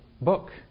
book